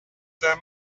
them